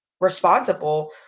responsible